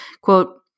quote